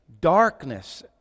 Darkness